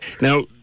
Now